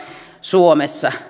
suomessa